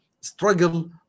struggle